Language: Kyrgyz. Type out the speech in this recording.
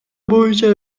боюнча